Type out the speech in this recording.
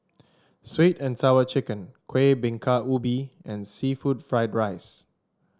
sweet and Sour Chicken Kuih Bingka Ubi and seafood Fried Rice